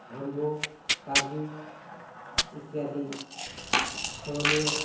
ଆମ୍ବ କାଜୁ ଇତ୍ୟାଦି ଫଳମୂଳ